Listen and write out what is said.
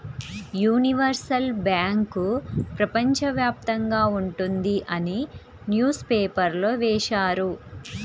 universal bank ప్రపంచ వ్యాప్తంగా ఉంటుంది అని న్యూస్ పేపర్లో వేశారు